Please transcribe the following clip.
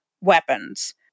weapons